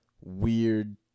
weird